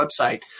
website